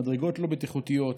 מדרגות לא בטיחותיות,